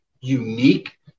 unique